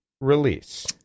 release